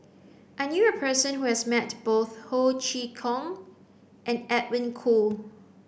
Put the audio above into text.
I knew a person who has met both Ho Chee Kong and Edwin Koo